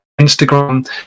instagram